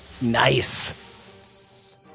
Nice